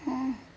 oh